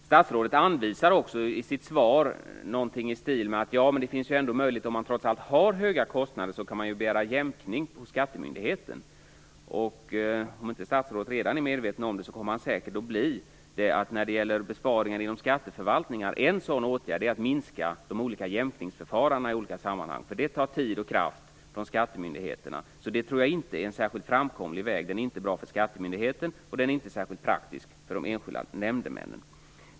Statsrådet säger också i sitt svar att om man trots allt har höga kostnader kan man begära jämkning hos skattemyndigheten. Om inte statsrådet redan är medveten om att en åtgärd för att åstadkomma besparingar inom skatteförvaltningar är att minska jämkningsförfarandena i olika sammanhang kommer han säkert att bli det. Detta tar tid och kraft från skattemyndigheterna. Jag tror inte att det är en särskilt framkomlig väg. Den är inte bra för skattemyndigheten, och den är inte särskilt praktisk för de enskilda nämndemännen.